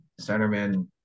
centerman